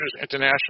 International